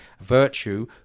virtue